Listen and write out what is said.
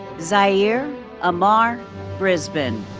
zaire amar brisbane.